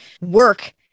work